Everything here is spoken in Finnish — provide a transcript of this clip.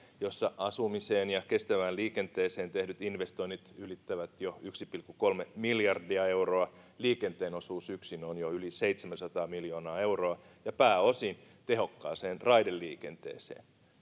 joissa asumiseen ja kestävään liikenteeseen tehdyt investoinnit ylittävät jo yksi pilkku kolme miljardia euroa liikenteen osuus yksin on jo yli seitsemänsataa miljoonaa euroa ja pääosin tehokkaaseen raideliikenteeseen